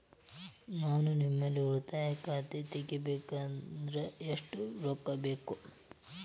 ನಾ ನಿಮ್ಮಲ್ಲಿ ಉಳಿತಾಯ ಖಾತೆ ತೆಗಿಬೇಕಂದ್ರ ಎಷ್ಟು ರೊಕ್ಕ ಬೇಕು?